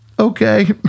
Okay